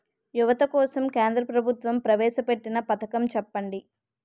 యువత కోసం కేంద్ర ప్రభుత్వం ప్రవేశ పెట్టిన పథకం చెప్పండి?